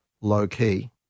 low-key